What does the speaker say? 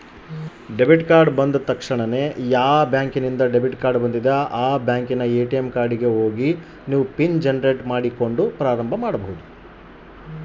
Debit ಕಾರ್ಡನ್ನು ಆರಂಭ ಮಾಡೋದು ಹೇಗೆ?